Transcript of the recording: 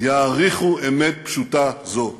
יעריכו אמת פשוטה זו.